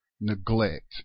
neglect